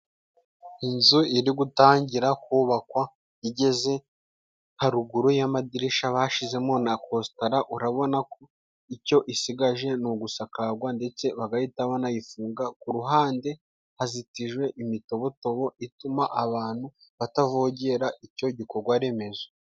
Inzu iri gutangira kubakwa igeze haruguru y'amadirisha bashizemo na cositara, urabona ko icyo isigaje ni ugusakagwa ndetse bagahita banayifunga, ku ruhande hazitijwe imitobotobo ituma abantu batavogera icyo gikogwa remezo.